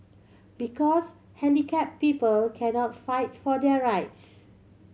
because handicapped people cannot fight for their rights